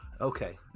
Okay